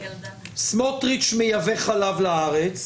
סמוטריץ' מייבא חלב לארץ.